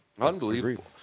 unbelievable